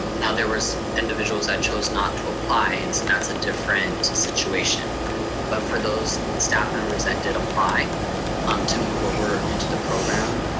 now there was individuals that chose not to apply, and so that's a different situation. but for those staff members that did apply um to move over into the program,